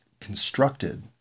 constructed